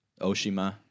Oshima